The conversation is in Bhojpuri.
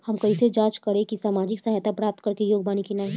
हम कइसे जांच करब कि सामाजिक सहायता प्राप्त करे के योग्य बानी की नाहीं?